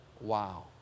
wow